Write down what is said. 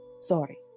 Sorry